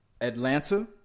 Atlanta